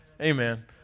Amen